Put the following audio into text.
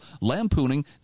lampooning